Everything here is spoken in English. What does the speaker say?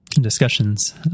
discussions